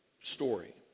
story